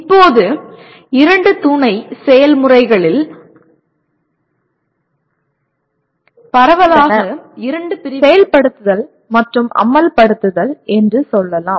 இப்போது இரண்டு துணை செயல்முறைகளில் பரவலாக இரண்டு பிரிவுகள் உள்ளன செயல்படுத்துதல் மற்றும் அமல்படுத்துதல் என்று சொல்லலாம்